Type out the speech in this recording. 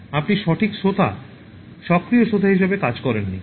আপনি সঠিক শ্রোতা সক্রিয় শ্রোতা হিসাবে কাজ করেন নি